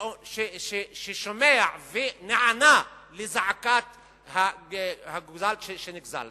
ששומע ונענה לזעקת הקוזק שנגזל.